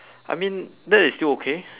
I mean that is still okay